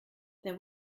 there